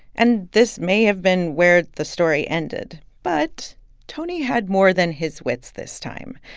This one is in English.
and this may have been where the story ended. but tony had more than his wits this time.